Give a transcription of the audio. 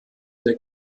der